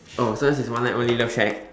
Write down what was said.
oh so yours is one night only love shack